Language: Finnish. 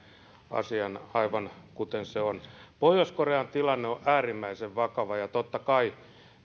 asian aivan kuten se on pohjois korean tilanne on äärimmäisen vakava ja totta kai